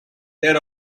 their